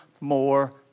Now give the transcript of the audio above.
more